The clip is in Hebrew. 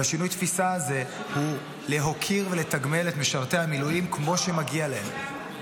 ושינוי התפיסה הזה הוא להוקיר ולתגמל את משרתי המילואים כמו שמגיע להם.